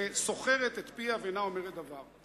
סוכרת את פיה ואינה אומרת דבר.